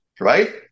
Right